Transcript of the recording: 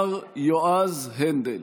השר יועז הנדל.